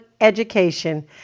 education